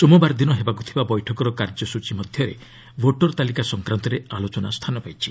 ସୋମବାର ଦିନ ହେବାକୁ ଥିବା ବୈଠକର କାର୍ଯ୍ୟସ୍ତଚୀ ମଧ୍ୟରେ ଭୋଟର ତାଲିକା ସଂକ୍ରାନ୍ତରେ ଆଲୋଚନା ସ୍ଥାନ ପାଇଛି